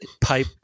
pipe